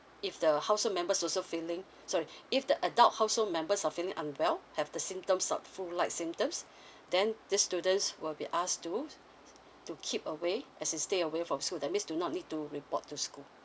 if the household members also feeling sorry if the adult household members are feeling unwell have the symptom full like symptoms then these students will be asked to to keep away as in stay away from school that means do not need to report to school